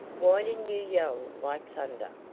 why didn't you yell like thunder?